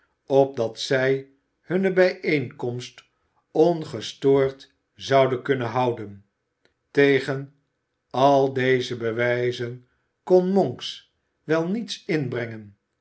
opdat zij hunne bijeenkomst ongestoord zouden kunnen houden tegen alle deze bewijzen kon monks wel niets inbrengen